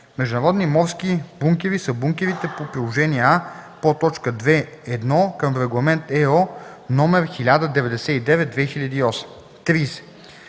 „Международни морски бункери” са бункерите по Приложение А, подточка 2.1 към Регламент (ЕО) № 1099/2008.